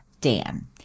Dan